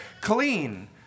clean